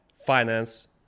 finance